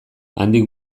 handik